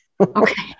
Okay